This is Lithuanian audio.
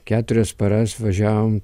keturias paras važiavom